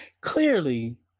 clearly